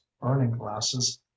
burning-glasses